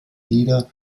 nieder